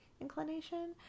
inclination